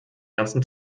ganzen